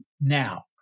now